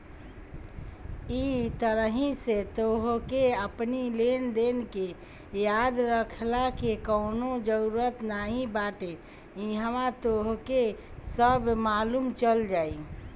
इ तरही से तोहके अपनी लेनदेन के याद रखला के कवनो जरुरत नाइ बाटे इहवा तोहके सब मालुम चल जाई